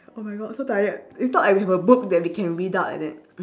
oh my god so tired it's not like we have a book that we can read out like that